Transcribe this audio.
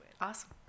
Awesome